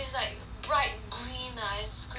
bright green ah it's screaming like